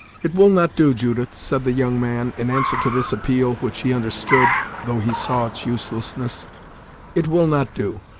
it will not do, judith, said the young man, in answer to this appeal, which he understood, though he saw its uselessness it will not do.